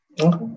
Okay